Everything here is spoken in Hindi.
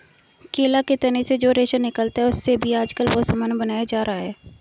केला के तना से जो रेशा निकलता है, उससे भी आजकल बहुत सामान बनाया जा रहा है